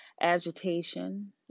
agitation